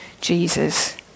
Jesus